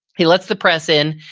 he lets the press in,